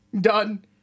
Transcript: Done